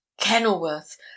Kenilworth